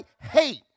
hate